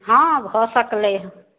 हँ भऽ सकलै हँ